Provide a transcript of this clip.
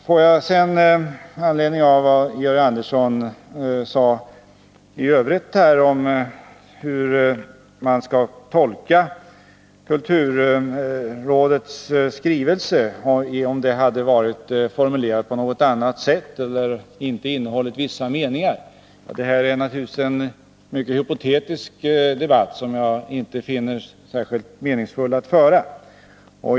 I övrigt frågade Georg Andersson hur man skulle ha tolkat kulturrådets skrivelse om den hade varit formulerad på något annat sätt eller inte hade innehållit vissa meningar. Det här är naturligtvis en mycket hypotetisk debatt, som jag inte finner det särskilt meningsfullt att föra.